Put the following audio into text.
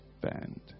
band